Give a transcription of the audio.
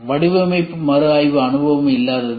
வடிவமைப்பு மறுஆய்வு அனுபவம் இல்லாதது